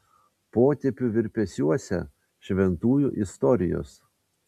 potėpių virpesiuose šventųjų istorijos